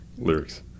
Lyrics